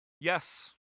Yes